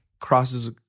crosses